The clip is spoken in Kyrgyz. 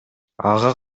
ага